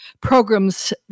programs